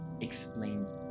explained